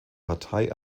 partei